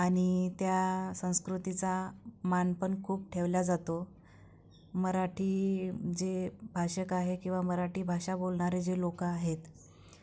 आणि त्या संस्कृतीचा मान पण खूप ठेवला जातो मराठी जे भाषक आहे किंवा मराठी भाषा बोलणारे जे लोकं आहेत